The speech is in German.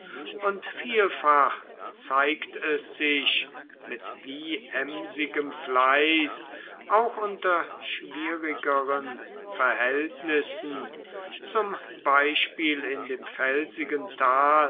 und vielfach zeigt es sich mit wie emsigem fleiß auch unter schwierigeren verhältnis sen zum beispiel in dem felsigen tal